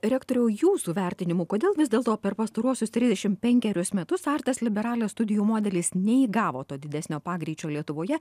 rektoriau jūsų vertinimu kodėl vis dėlto per pastaruosius trisdešim penkerius metus artes liberales studijų modelis neįgavo to didesnio pagreičio lietuvoje